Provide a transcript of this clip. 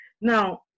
now